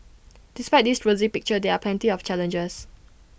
despite this rosy picture there are plenty of challenges